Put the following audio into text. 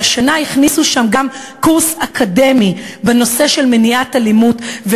והשנה הכניסו שם גם קורס אקדמי בנושא של מניעת אלימות,